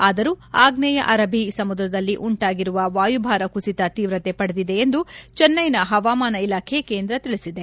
ಆದರೂ ಆಗ್ನೇಯ ಅರಬ್ಲಿ ಸಮುದ್ರದಲ್ಲಿ ಉಂಟಾಗಿರುವ ವಾಯುಭಾರ ಕುಸಿತ ತೀವ್ರತೆ ಪಡೆದಿದೆ ಎಂದು ಚೆನ್ನೈನ ಹವಾಮಾನ ಇಲಾಖೆ ಕೇಂದ್ರ ತಿಳಿಬಿದೆ